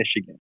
Michigan